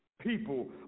people